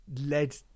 led